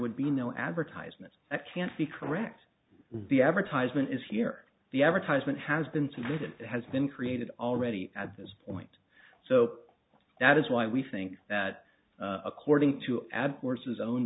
would be no advertisements that can't be correct the advertisement is here the advertisement has been submitted has been created already at this point so that is why we think that according to ad courses own